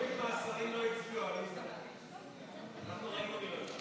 אם שלטון החוק יתפקד כמו שצריך אתם תלכו לבחירות.